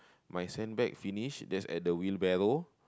my sandbag finish that's at the wheelbarrow